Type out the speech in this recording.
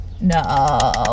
No